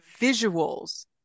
visuals